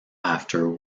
after